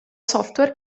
software